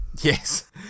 Yes